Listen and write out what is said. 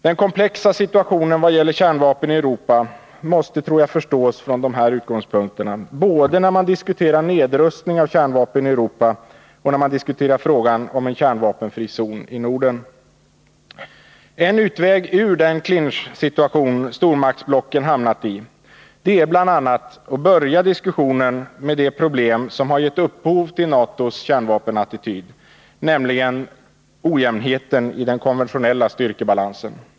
Den komplexa situationen vad gäller kärnvapen i Europa måste, tror jag, förstås från dessa utgångspunkter, både när man diskuterar nedrustningen av kärnvapen i Europa och när man diskuterar frågan om en kärnvapenfri zon i Norden. En utväg ur den clinchsituation stormaktsblocken hamnat i är bl.a. att börja diskussionen med det problem som har gett upphov till NATO:s kärnvapenattityd, nämligen ojämnheten i den konventionella styrkebalansen.